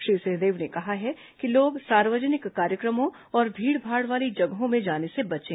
श्री सिंहदेव ने कहा है कि लोग सार्वजनिक कार्यक्रमों और भीड़भाड़ वाली जगहों में जाने से बचें